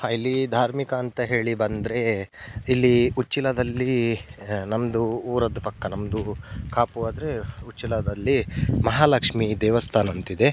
ಇಲ್ಲಿ ಧಾರ್ಮಿಕ ಅಂತ ಹೇಳಿ ಬಂದರೆ ಇಲ್ಲಿ ಉಚ್ಚಿಲದಲ್ಲಿ ನಮ್ಮದು ಊರದ್ದು ಪಕ್ಕ ನಮ್ಮದು ಕಾಪು ಆದರೆ ಉಚ್ಚಿಲದಲ್ಲಿ ಮಹಾಲಕ್ಷ್ಮೀ ದೇವಸ್ಥಾನ ಅಂತಿದೆ